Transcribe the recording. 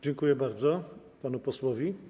Dziękuję bardzo panu posłowi.